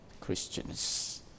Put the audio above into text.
Christians